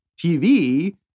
TV